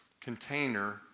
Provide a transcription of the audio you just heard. container